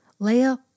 Leia